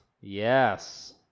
Yes